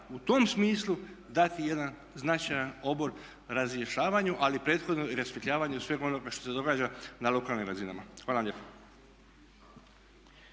u tom smislu dati jedan značajan obol razrješavanju ali i prethodno rasvjetljavanju sveg onoga što se događa na lokalnim razinama. Hvala vam lijepa.